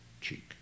cheek